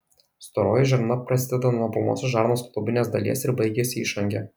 storoji žarna prasideda nuo plonosios žarnos klubinės dalies ir baigiasi išange